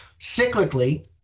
cyclically